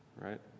Right